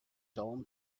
tom